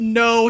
no